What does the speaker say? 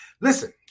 Listen